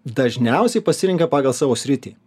dažniausiai pasirenka pagal savo sritį